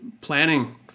planning